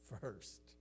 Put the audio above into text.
first